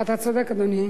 אתה צודק, אדוני.